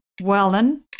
Wellen